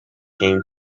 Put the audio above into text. came